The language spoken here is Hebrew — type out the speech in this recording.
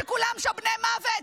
שכולם שם בני מוות,